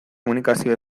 komunikazio